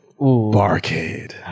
Barcade